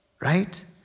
right